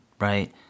right